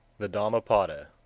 the dhammapada